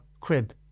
crib